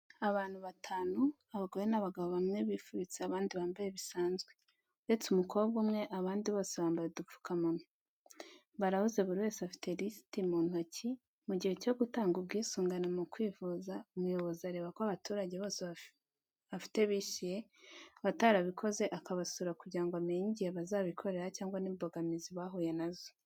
Abantu batanu, abagore n'abagabo bamwe bifubitse abandi bambaye bisanzwe, uretse umukobwa umwe abandi bose bambaye udupfukamunwa. Barahuze buri wese afite lisiti mu ntoki. Mu gihe cyo gutanga ubwisungane mu kwivuza, umuyobozi areba ko abaturage bose afite bishyuye abatarabikoze akabasura kugira ngo amenye igihe bazabikorera cyangwa n'imbogamizi bahuye na zo.